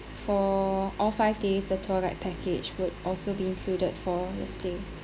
for all five days the tour guide package would also be included for your stay